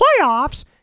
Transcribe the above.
playoffs